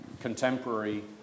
contemporary